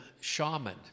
shaman